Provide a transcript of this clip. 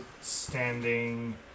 standing